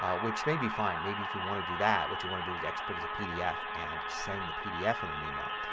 ah which may be fine. maybe if you want to do that what you want to do is export as a pdf and send the pdf in an email.